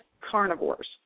carnivores